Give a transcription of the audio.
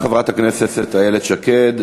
תודה, חברת הכנסת איילת שקד.